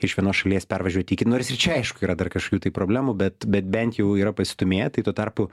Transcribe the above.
iš vienos šalies pervažiuot į ki nors ir čia aišk yra dar kažkokių tai problemų bet bet bent jau yra pastūmėję tai tuo tarpu